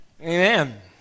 Amen